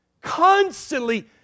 Constantly